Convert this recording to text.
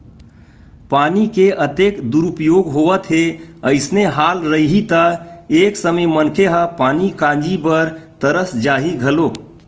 पानी के अतेक दुरूपयोग होवत हे अइसने हाल रइही त एक समे मनखे ह पानी काजी बर तरस जाही घलोक